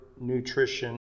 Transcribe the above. nutrition